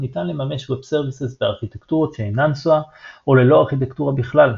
ניתן לממש Web Services בארכיטקטורות שאינן SOA או ללא ארכיטקטורה בכלל.